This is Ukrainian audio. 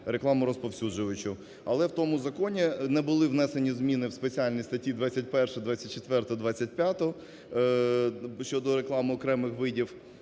рекламо розповсюджувачу. Але в тому Законі не були внесені зміни в спеціальні статті – 21, 24 і 25-у щодо реклами окремих видів